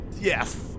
Yes